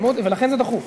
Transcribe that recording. ולכן זה דחוף.